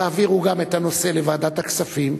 תעבירו גם את הנושא הזה לוועדת הכספים,